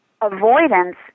Avoidance